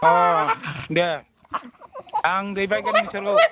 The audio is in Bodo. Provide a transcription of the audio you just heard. अ दे आं दैबायगोन नोंसोरखौ